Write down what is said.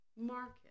market